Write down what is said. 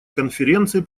конференции